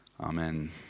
amen